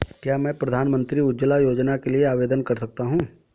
क्या मैं प्रधानमंत्री उज्ज्वला योजना के लिए आवेदन कर सकता हूँ?